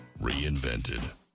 reinvented